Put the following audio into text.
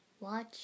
watch